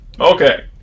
Okay